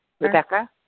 Rebecca